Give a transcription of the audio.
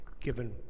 given